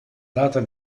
data